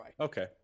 Okay